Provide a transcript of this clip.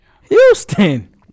Houston